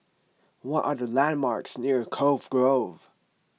what are the landmarks near Cove Grove